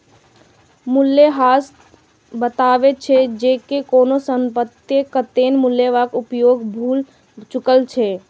मूल्यह्रास बतबै छै, जे कोनो संपत्तिक कतेक मूल्यक उपयोग भए चुकल छै